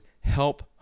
help